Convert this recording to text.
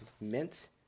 Mint